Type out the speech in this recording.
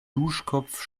duschkopf